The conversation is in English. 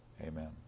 amen